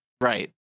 Right